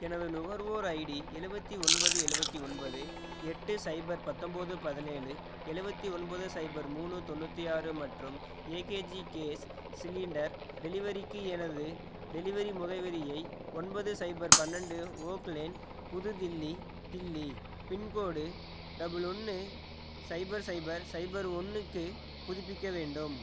எனது நுகர்வோர் ஐடி எழுவத்தி ஒன்பது எழுவத்தி ஒன்பது எட்டு சைபர் பத்தொம்பது பதினேழு எழுவத்தி ஒன்பது சைபர் மூணு தொண்ணூற்றி ஆறு மற்றும் ஏகேஜி கேஸ் சிலிண்டர் டெலிவரிக்கு எனது டெலிவரி முகவரியை ஒன்பது சைபர் பன்னெண்டு ஓக் லேன் புது தில்லி தில்லி பின்கோடு டபுள் ஒன்று சைபர் சைபர் சைபர் ஒன்றுக்குப் புதுப்பிக்க வேண்டும்